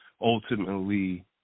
ultimately